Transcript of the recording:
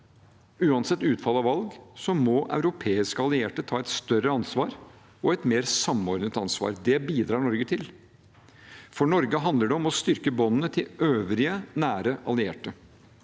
uansett utfall av valg må europeiske allierte ta et større ansvar og et mer samordnet ansvar. Det bidrar Norge til. For Norge handler det om å styrke båndene til øvrige, nære allierte